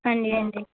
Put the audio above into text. ਹਾਂਜੀ ਹਾਂਜੀ